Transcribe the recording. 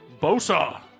Bosa